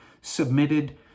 submitted